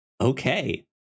Okay